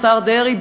השר דרעי,